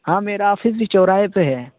ہاں میرا آفس بھی چوراہے پہ ہے